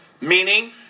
Meaning